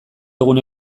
gune